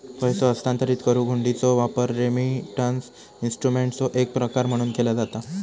पैसो हस्तांतरित करुक हुंडीचो वापर रेमिटन्स इन्स्ट्रुमेंटचो एक प्रकार म्हणून केला जाता